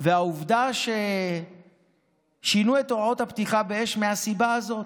ועובדה ששינו את הוראות הפתיחה באש מהסיבה הזאת.